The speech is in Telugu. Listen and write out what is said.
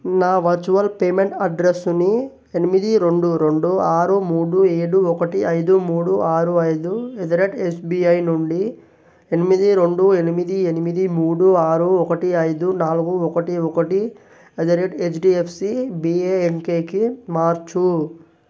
నా వర్చువల్ పేమెంట్ అడ్రెస్సుని ఎనిమిది రెండు రెండు ఆరు మూడు ఏడు ఒకటి ఐదు మూడు ఆరు ఐదు ఎట్ ది రేట్ ఎస్బిఐ నుండి ఎనిమిది రెండు ఎనిమిది ఎనిమిది మూడు ఆరు ఒకటి ఐదు నాలుగు ఒకటి ఒకటి ఎట్ ద రేట్ హెచ్డిఎఫ్సి బిఏఎన్కెకి మార్చు